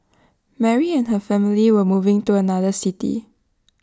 Mary and her family were moving to another city